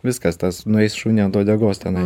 viskas tas nueis šuniui ant uodegos tenai